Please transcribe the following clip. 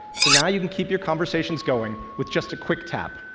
so now you can keep your conversations going with just a quick tap.